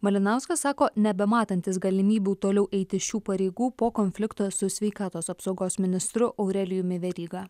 malinauskas sako nebematantis galimybių toliau eiti šių pareigų po konflikto su sveikatos apsaugos ministru aurelijumi veryga